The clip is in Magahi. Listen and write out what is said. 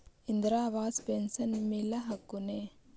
इन्द्रा आवास पेन्शन मिल हको ने?